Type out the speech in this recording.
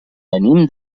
venim